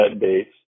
dates